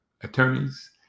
attorneys